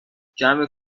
جمع